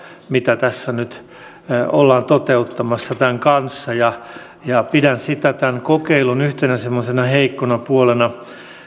mitä tässä nyt ollaan toteuttamassa tämän kanssa ja ja pidän sitä tämän kokeilun yhtenä semmoisena heikkona puolena